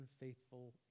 unfaithful